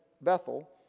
Bethel